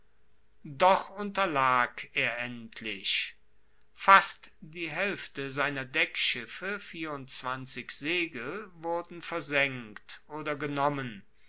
doch unterlag er endlich fast die haelfte seiner deckschiffe vierundzwanzig segel wurden versenkt oder genommen